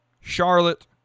Charlotte